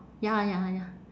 ya ya ya